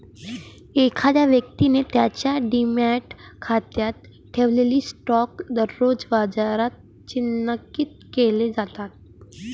एखाद्या व्यक्तीने त्याच्या डिमॅट खात्यात ठेवलेले स्टॉक दररोज बाजारात चिन्हांकित केले जातात